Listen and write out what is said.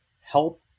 help